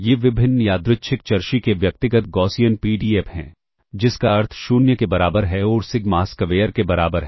ये विभिन्न यादृच्छिक चर Xi के व्यक्तिगत गौसियन पीडीएफ हैं जिसका अर्थ 0 के बराबर है और सिग्मा स्क्वेयर के बराबर है